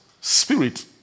spirit